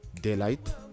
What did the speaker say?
Daylight